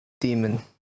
Demon